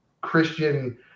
Christian